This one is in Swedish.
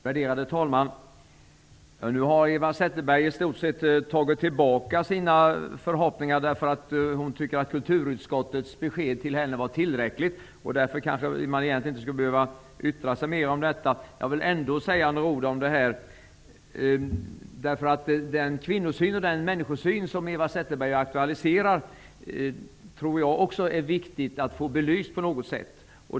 Värderade talman! Nu har Eva Zetterberg i stort sett tagit tillbaka sina förhoppningar, eftersom hon tycker att kulturutskottets besked till henne var tillräckligt. Därför kanske man inte skulle behöva yttra sig mera i den här debatten. Jag vill ändock säga några ord. Den kvinno och människosyn som Eva Zetterberg aktualiserade tror jag att det är viktigt att man får belyst på något sätt.